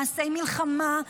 ממעשי מלחמה,